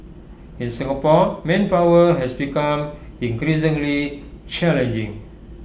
in Singapore manpower has become increasingly challenging